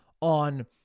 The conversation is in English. on